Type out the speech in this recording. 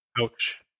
Ouch